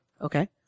Okay